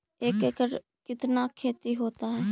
एक एकड़ कितना खेति होता है?